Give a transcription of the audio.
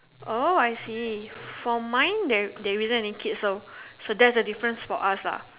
oh I see for mine there isn't any kids so that's the difference for us lah